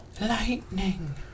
Lightning